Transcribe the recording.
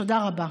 תודה רבה.